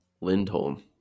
Lindholm